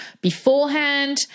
beforehand